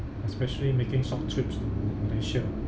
especially making short trips to malaysia